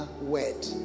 word